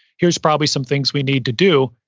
here's probably some things we need to do,